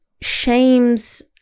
shames